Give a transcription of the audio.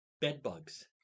bedbugs